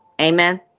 Amen